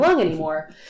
anymore